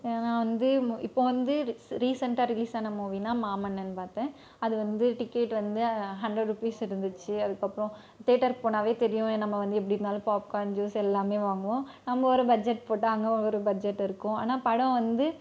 நான் வந்து இப்போ வந்து ரீசன்ட்டாக ரிலீஸ் ஆன மூவின்னால் மாமன்னன் பார்த்தேன் அது வந்து டிக்கெட் வந்து ஹண்ட்ரட் ரூபீஸ் இருந்துச்சு அதுக்கப்புறம் தேட்டருக்கு போனாவே தெரியும் நம்ம வந்து எப்படி இருந்தாலும் பாப்கார்ன் ஜூஸு எல்லாமே வாங்குவோம் நம்ம ஒரு பட்ஜட் போட்டால் அங்கே ஒரு பட்ஜட் இருக்கும் ஆனால் படம் வந்து